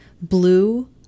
blue